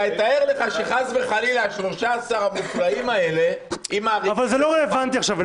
תתאר לך שחס וחלילה ה-13 המופלאים האלה --- אבל זה לא רלוונטי עכשיו,